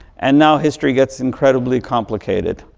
and now, history gets incredibly complicated,